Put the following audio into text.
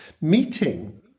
meeting